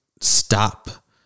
stop